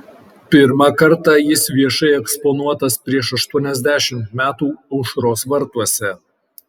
pirmą kartą jis viešai eksponuotas prieš aštuoniasdešimt metų aušros vartuose